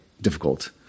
difficult